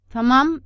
Tamam